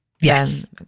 yes